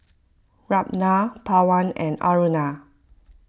Ramnath Pawan and Aruna